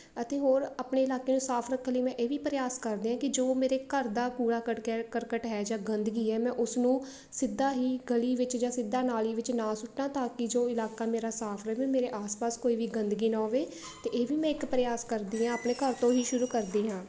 ਅਤੇ ਹੋਰ ਆਪਣੇ ਇਲਾਕੇ ਨੂੰ ਸਾਫ਼ ਰੱਖਣ ਲਈ ਮੈਂ ਇਹ ਵੀ ਪਰਿਆਸ ਕਰਦੀ ਹਾਂ ਕਿ ਜੋ ਮੇਰੇ ਘਰ ਦਾ ਕੂੜਾ ਕਟਕ ਹੈ ਕਰਕਟ ਹੈ ਜਾਂ ਗੰਦਗੀ ਹੈ ਮੈਂ ਉਸਨੂੰ ਸਿੱਧਾ ਹੀ ਗਲੀ ਵਿੱਚ ਜਾਂ ਸਿੱਧਾ ਨਾਲੀ ਵਿੱਚ ਨਾ ਸੁੱਟਾਂ ਤਾਂ ਕਿ ਜੋ ਇਲਾਕਾ ਮੇਰਾ ਸਾਫ਼ ਰਵੇ ਮੇਰੇ ਆਸ ਪਾਸ ਕੋਈ ਵੀ ਗੰਦਗੀ ਨਾ ਹੋਵੇ ਅਤੇ ਇਹ ਵੀ ਮੈਂ ਇੱਕ ਪਰਿਆਸ ਕਰਦੀ ਹਾਂ ਆਪਣੇ ਘਰ ਤੋਂ ਹੀ ਸ਼ੁਰੂ ਕਰਦੀ ਹਾਂ